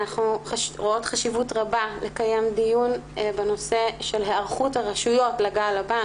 אנחנו רואות חשיבות רבה לקיים דיון בנושא של היערכות הרשויות לגל הבא,